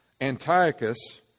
Antiochus